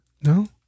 No